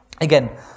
Again